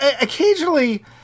occasionally